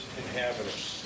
inhabitants